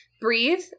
Breathe